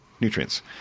nutrients